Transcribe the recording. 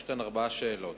יש כאן ארבע שאלות.